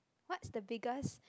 what's the biggest